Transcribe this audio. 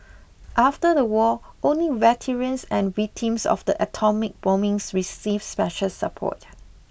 after the war only veterans and victims of the atomic bombings received special support